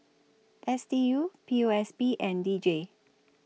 S D U P O S B and D J